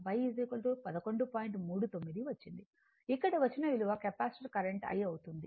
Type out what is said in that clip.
39 వచ్చింది ఇక్కడ వచ్చిన విలువ కెపాసిటర్ కరెంట్ I అవుతుంది